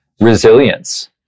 resilience